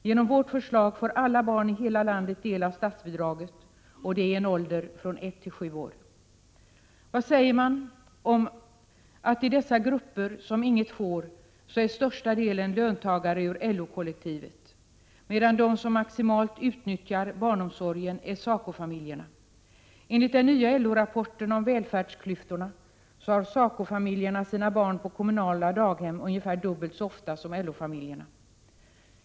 Genom vårt förslag får alla barn i hela landet del av statsbidraget i en ålder från 1 till 7 år. Vad säger man om att i dessa grupper som inget får är största delen löntagare ur LO-kollektivet, medan de som maximalt utnyttjar barnomsorgen är SACO familjerna? Enligt den nya LO-rapporten om välfärdsklyftorna har SACO-familjerna barn i kommunala daghem i ungefär dubbelt så många fall som LO familjerna.